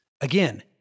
Again